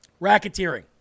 Racketeering